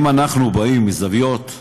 אם אנחנו באים מזוויות,